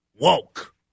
woke